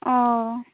ᱚᱻ